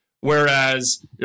Whereas